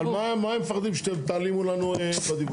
אבל מה הם מפחדים שתעלימו לנו בדיווח?